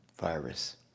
virus